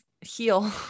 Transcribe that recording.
heal